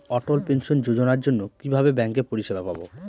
অটল pension যোজনার জন্য কিভাবে ব্যাঙ্কে পরিষেবা পাবো?